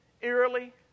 eerily